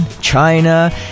China